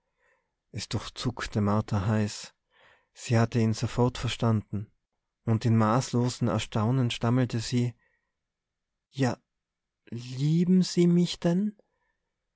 es durchzuckte martha heiß sie hatte ihn sofort verstanden und in maßlosem erstaunen stammelte sie ja lieben sie mich denn